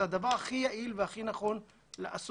זה הדבר הכי יעיל והכי נכון לעשות.